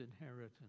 inheritance